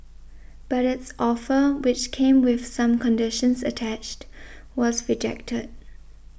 but its offer which came with some conditions attached was rejected